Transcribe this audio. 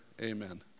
Amen